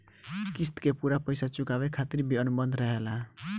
क़िस्त के पूरा पइसा चुकावे खातिर भी अनुबंध रहेला